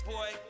Boy